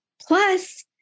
Plus